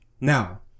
Now